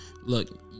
look